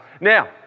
Now